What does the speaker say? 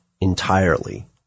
entirely